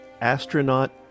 Astronaut